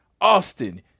Austin